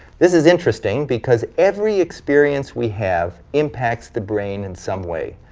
this is interesting because every experience we have impacts the brain in some way.